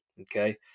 okay